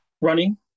running